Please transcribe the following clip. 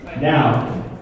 Now